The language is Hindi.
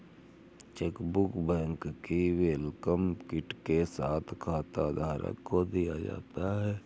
चेकबुक बैंक की वेलकम किट के साथ खाताधारक को दिया जाता है